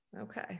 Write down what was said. Okay